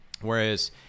whereas